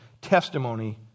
testimony